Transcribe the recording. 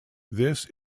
this